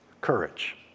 Courage